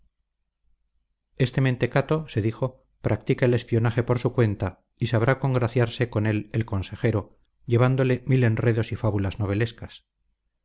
este mentecato se dijo practica el espionaje por su cuenta y sabrá congraciarse con el consejero llevándole mil enredos y fábulas novelescas veo